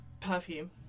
perfume